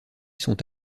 sont